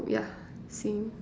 oh ya same